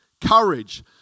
courage